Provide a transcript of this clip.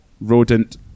rodent